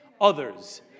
others